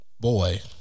Boy